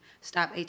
Stop